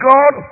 God